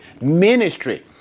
ministry